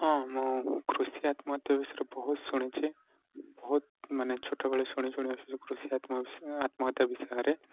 ହଁ ମୁଁ କୃଷି ଆତ୍ମହତ୍ୟା ବିଷୟରେ ବହୁତ ଶୁଣିଛି ବହୁତ ମାନେ ଛୋଟ ବେଳୁ ଶୁଣି ଶୁଣି ଆସୁଛୁ କୃଷି ଆତ୍ମହତ୍ୟା ବିଷୟରେ